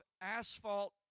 asphalt